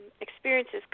experiences